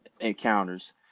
encounters